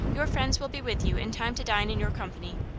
your friends will be with you in time to dine in your company.